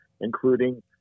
including